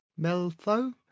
Meltho